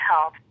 help